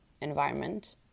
environment